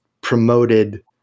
promoted